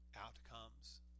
outcomes